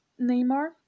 Neymar